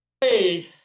Hey